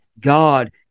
God